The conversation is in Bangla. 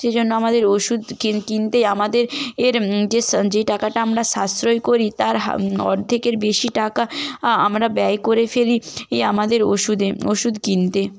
সেই জন্য আমাদের ওষুধ কিনতে আমাদের এর যেই স যেই টাকাটা আমারা সাশ্রয় করি তার হা অর্ধেকের বেশি টাকা আমরা ব্যয় করে ফেলি এই আমাদের ওষুধে ওষুধ কিনতে